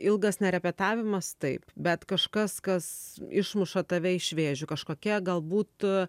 ilgas nerepetavimas taip bet kažkas kas išmuša tave iš vėžių kažkokia gal būt